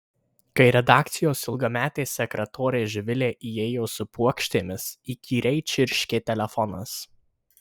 kai redakcijos ilgametė sekretorė živilė įėjo su puokštėmis įkyriai čirškė telefonas